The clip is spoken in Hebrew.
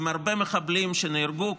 עם הרבה מחבלים שנהרגו,